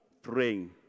praying